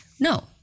No